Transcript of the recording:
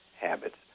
habits